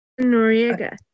Noriega